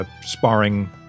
sparring